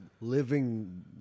living